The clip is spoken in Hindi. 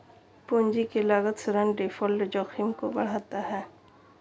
पूंजी की लागत ऋण डिफ़ॉल्ट जोखिम को बढ़ाता है